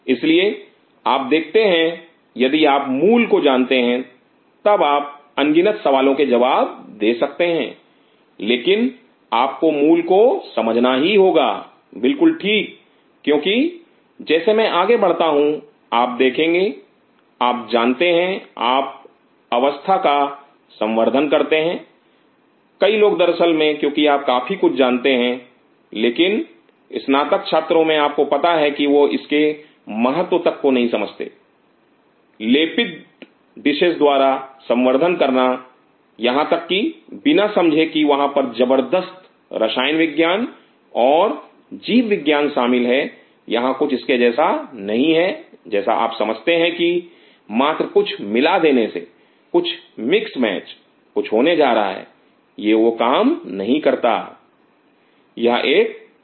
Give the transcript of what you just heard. इसलिए आप देखते हैं यदि आप मूल को जानते हैं तब आप अनगिनत सवालों के जवाब दे सकते हैं लेकिन आपको मूल को समझना ही होगा बिल्कुल ठीक क्योंकि जैसे मैं आगे बढ़ता हूं आप देखेंगे आप जानते हैं आप अवस्था का संवर्धन करते हैं कई लोग दरअसल में क्योंकि आप काफी कुछ जानते हैं लेकिन स्नातक छात्रों में आपको पता है कि वह इसके महत्व तक को नहीं समझते लेपित डिशेस द्वारा संवर्धन करना यहां तक कि बिना समझे की वहां पर ज़बर्दस्त रसायन विज्ञान और जीव विज्ञान शामिल है यहां कुछ इसके जैसा नहीं है जैसा आप समझते हैं कि मात्र कुछ मिला देने से कुछ मिक्स मैच कुछ होने जा रहा है यह वो काम नहीं करता यह एक तर्क है